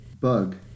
bug